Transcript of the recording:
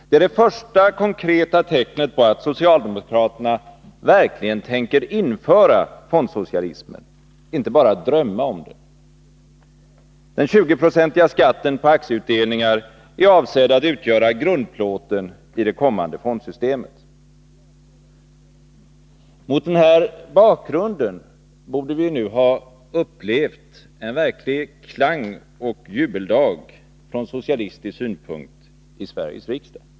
Det är det första konkreta tecknet på att socialdemokraterna verkligen tänker införa fondsocialismen, inte bara drömma om den. Den 20-procentiga skatten på aktieutdelningar är avsedd att utgöra grundplåten i det kommande fondsystemet. Mot denna bakgrund borde vi nu ha upplevt en socialistisk klangoch jubeldag i Sveriges riksdag.